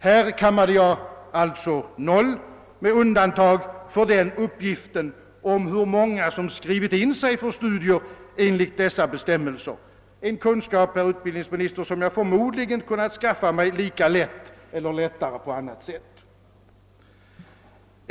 Här kammade jag alltså noll, med undantag för uppgiften om hur många som skrivit in sig för studier enligt dessa bestämmelser — en kunskap som jag, herr utbildningsminister, förmodligen kunnat skaffa mig lika lätt eller lättare på annat sätt.